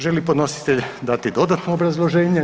Želi li podnositelj dati dodatno obrazloženje?